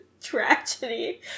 Tragedy